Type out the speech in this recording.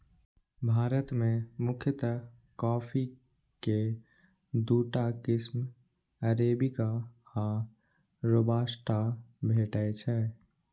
भारत मे मुख्यतः कॉफी के दूटा किस्म अरेबिका आ रोबास्टा भेटै छै